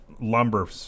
lumber